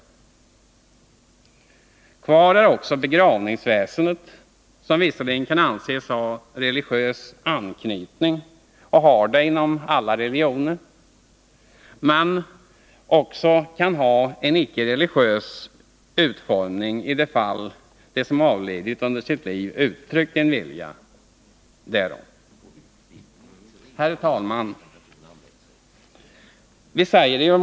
Kvar hos kyrkan är också begravningsväsendet, som visserligen anses ha religiös anknytning — och har det inom alla religioner — men som också kan ha en icke religiös utformning i de fall då de som har avlidit har uttryckt en vilja härom medan de levde. Herr talman!